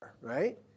right